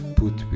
put